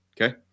Okay